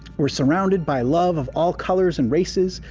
we're surrounded by love, of all colors and races,